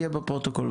הפרוטוקול.